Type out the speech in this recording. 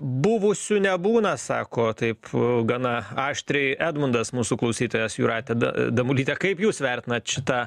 buvusių nebūna sako taip gana aštriai edmundas mūsų klausytojas jūrate damulyte kaip jūs vertinat šitą